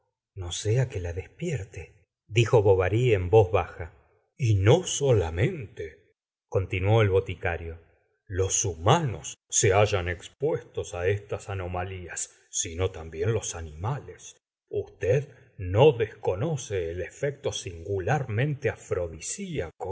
ne sea que la despierte dijo bovary en voz baja y no solamente continuó el boticario los humanos se hallan expuestos á estas anomalías sino también los animales usted no desconoce el efecto singularmente